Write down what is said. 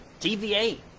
TVA